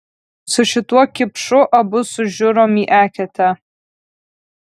su šituo kipšu abu sužiurom į eketę